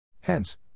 Hence